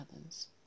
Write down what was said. others